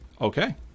Okay